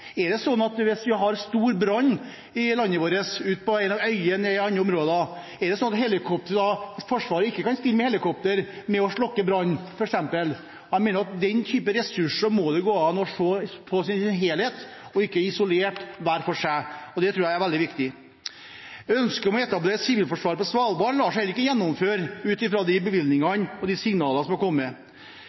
er det sånn at Forsvaret da f.eks. ikke kan stille med helikopter for å slukke brannen? Jeg mener det må gå an å se den typen ressurser i sin helhet og ikke isolert hver for seg. Det tror jeg er veldig viktig. Ønsket om å etablere et sivilforsvar på Svalbard lar seg heller ikke gjennomføre ut fra de bevilgningene og signalene som er kommet.